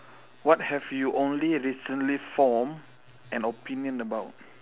what have you only recently form an opinion about